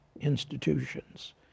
institutions